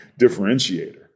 differentiator